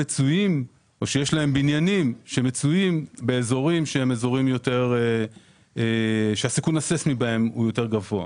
בניינים שמצויים באזורים שהסיכון הסיסמי בהם יותר גבוה.